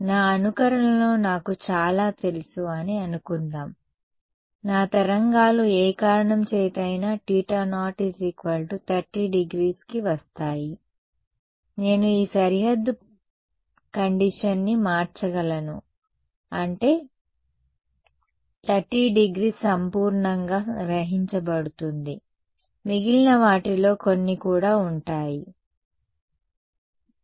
నా అనుకరణలో నాకు చాలా తెలుసు అని అనుకుందాం నా తరంగాలు ఏ కారణం చేతనైనా θ0 300 కి వస్తాయి నేను ఈసరిహద్దు పరిస్థితి మార్చగలను అంటే 300 సంపూర్ణంగా గ్రహించబడుతుంది మిగిలిన వాటిలో కొన్ని కూడా ఉంటాయి అవును